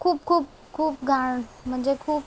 खूप खूप खूप घाण म्हणजे खूप